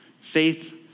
Faith